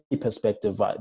perspective